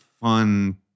fun